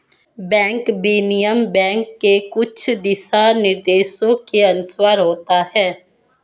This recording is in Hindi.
बैंक विनिमय बैंक के कुछ दिशानिर्देशों के अनुसार होता है